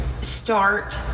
start